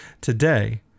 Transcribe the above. today